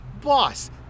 boss